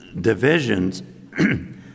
divisions